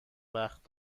وقت